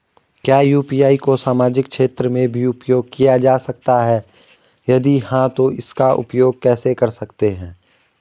क्या यु.पी.आई को सामाजिक क्षेत्र में भी उपयोग किया जा सकता है यदि हाँ तो इसका उपयोग कैसे कर सकते हैं?